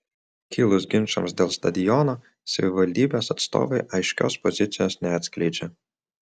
kilus ginčams dėl stadiono savivaldybės atstovai aiškios pozicijos neatskleidžia